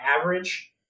average